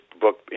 book